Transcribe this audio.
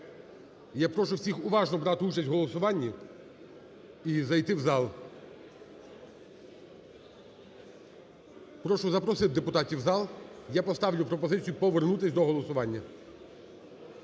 Я прошу всіх уважно брати участь в голосуванні і зайти в зал. Прошу запросити депутатів в зал, я поставлю пропозицію повернутись до голосування.